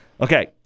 Okay